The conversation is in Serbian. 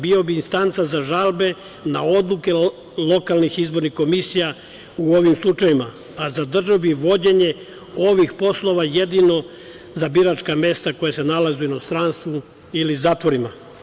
Bio bi instanca za žalbe na odluke lokalnih izbornih komisija u ovim slučajevima, a zadržao bi vođenje ovih poslova jedino za biračka mesta koja se nalaze u inostranstvu ili zatvorima.